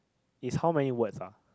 it's how many words ah